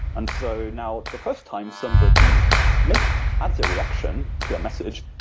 and so now the first time somebody make other reaction to a message,